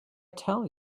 tell